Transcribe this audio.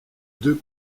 deux